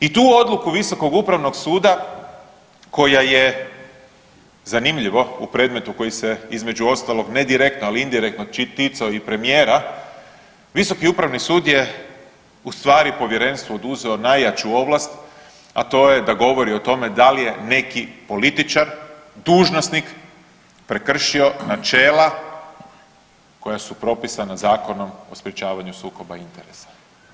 I tu odluku Visokog upravnog suda koja je zanimljivo u predmetu koji se između ostalog ne direktno, ali indirektno ticao i premijera, Visoki upravni sud je u stvari povjerenstvu oduzeo najjaču ovlast, a to je da govori o tome da li je neki političar, dužnosnik prekršio načela koja su propisana Zakonom o sprječavanju sukoba interesa.